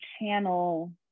channel